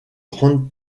grandes